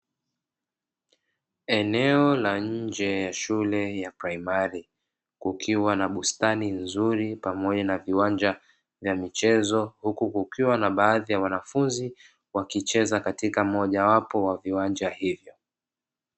Eneo la nje la shule ya msingi kukiwa na bustani nzuri pamoja na viwanja vya michezo, huku kukiwa na baadhi ya wanafunzi wakicheza moja wapo ya viwanja hivyo.